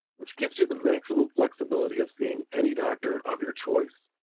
which gives you the maximum flexibility of seeing any doctor of your choice.